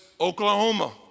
Oklahoma